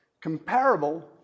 comparable